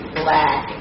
black